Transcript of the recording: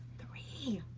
three!